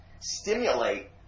stimulate